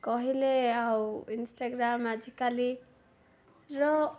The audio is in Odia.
କହିଲେ ଆଉ ଇନଷ୍ଟାଗ୍ରାମ ଆଜିକାଲିର